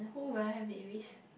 who will I have it with